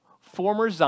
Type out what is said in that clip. former